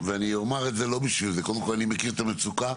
קודם כל אני מכיר את המצוקה,